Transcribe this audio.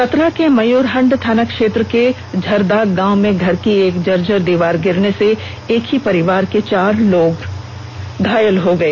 चतरा के मयूरहंड थाना क्षेत्र के झरदाग गांव में घर की एक जर्जर दीवार गिरने से एक ही परिवार के चार लोग घायल हो गए